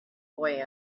boy